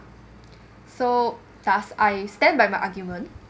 so thus I stand by my argument